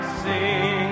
sing